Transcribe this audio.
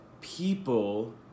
People